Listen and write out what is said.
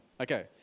Okay